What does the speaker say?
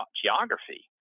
geography